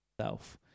self